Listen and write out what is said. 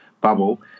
bubble